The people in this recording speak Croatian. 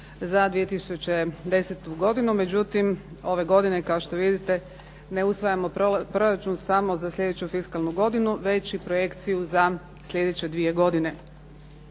za 2010. godinu, međutim ovo godine kao što vidite ne usvajamo proračun samo za sljedeću fiskalnu godinu već i projekciju za sljedeće dvije godine.